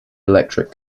electric